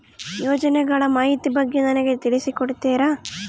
ಯೋಜನೆಗಳ ಮಾಹಿತಿ ಬಗ್ಗೆ ನನಗೆ ತಿಳಿಸಿ ಕೊಡ್ತೇರಾ?